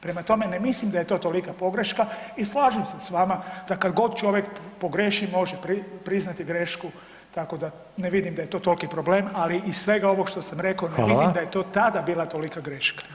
Prema tome, ne mislim da je to tolika pogreška i slažem se s vama da kad god čovjek pogriješi može priznati grešku tako da ne vidim da je to toliki problem ali iz svega ovog što sam rekao [[Upadica: Hvala.]] ne vidim da je to tada bila tolika greška.